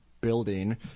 building